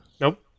Nope